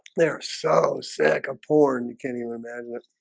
they're so sick a porn can you imagine if